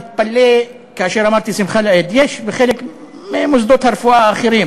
הוא התפלא כאשר אמרתי "שמחה לאיד": יש בחלק ממוסדות הרפואה האחרים